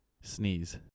sneeze